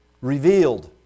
revealed